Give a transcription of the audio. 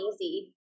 easy